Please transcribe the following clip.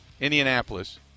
Indianapolis